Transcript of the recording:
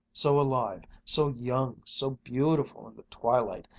so alive, so young, so beautiful in the twilight.